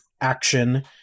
action